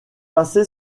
passé